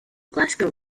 glasgow